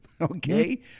okay